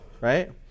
right